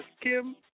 Kim